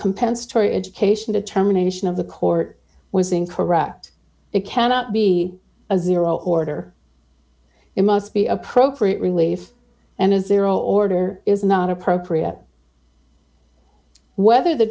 compensatory education determination of the court was in correct it cannot be a zero order it must be appropriate relief and as their order is not appropriate whether the